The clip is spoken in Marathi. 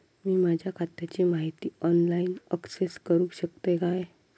मी माझ्या खात्याची माहिती ऑनलाईन अक्सेस करूक शकतय काय?